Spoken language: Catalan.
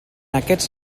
aquests